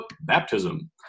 baptism